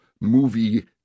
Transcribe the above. movie